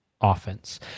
offense